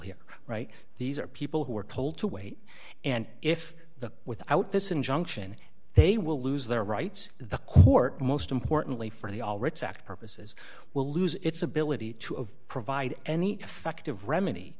right these are people who are told to wait and if the without this injunction they will lose their rights the court most importantly for the all writs act purposes will lose its ability to provide any effective remedy